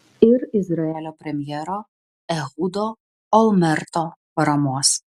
ir izraelio premjero ehudo olmerto paramos